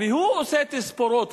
והוא עושה תספורות.